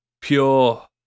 pure